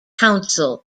counsel